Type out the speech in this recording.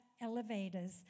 elevators